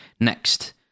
next